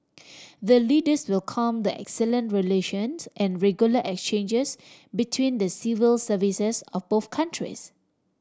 the Leaders welcome the excellent relations and regular exchanges between the civil services of both countries